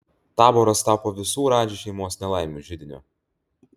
taboras tapo visų radži šeimos nelaimių židiniu